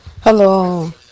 Hello